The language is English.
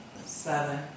seven